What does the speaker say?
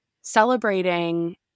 celebrating